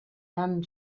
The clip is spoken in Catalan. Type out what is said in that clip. tan